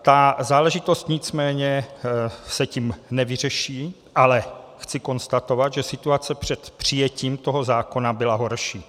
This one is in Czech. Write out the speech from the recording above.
Ta záležitost se tím nicméně nevyřeší, ale chci konstatovat, že situace před přijetím toho zákona byla horší.